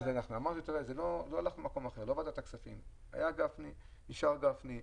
אנחנו נוודא מול גפני,